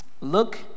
look